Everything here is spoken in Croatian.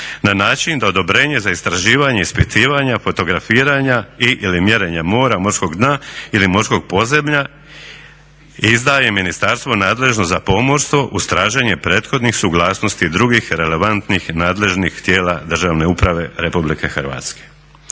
na način da odobrenje za istraživanje, ispitivanja, fotografiranja i/ili mjerenja mora, morskog dna ili morskog podzemlja izdaje ministarstvo nadležno za pomorstvo uz traženje prethodnih suglasnosti drugih relevantnih nadležnih tijela državne uprave RH. I na kraju,